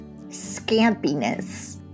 scampiness